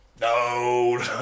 No